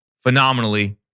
phenomenally